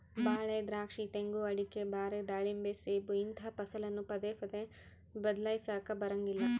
ಬಾಳೆ, ದ್ರಾಕ್ಷಿ, ತೆಂಗು, ಅಡಿಕೆ, ಬಾರೆ, ದಾಳಿಂಬೆ, ಸೇಬು ಇಂತಹ ಫಸಲನ್ನು ಪದೇ ಪದೇ ಬದ್ಲಾಯಿಸಲಾಕ ಬರಂಗಿಲ್ಲ